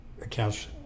accounts